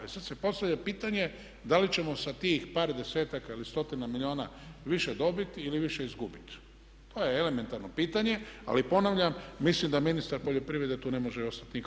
E sad se postavlja pitanje, da li ćemo sa tih par destaka ili stotina milijuna više dobiti ili više izgubiti to je elementarno pitanje, ali ponavljam mislim da ministar poljoprivrede tu ne može ostati nikako bez odgovora.